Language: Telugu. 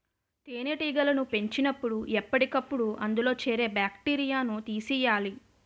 తేనెటీగలను పెంచినపుడు ఎప్పటికప్పుడు అందులో చేరే బాక్టీరియాను తీసియ్యాలి